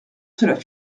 cela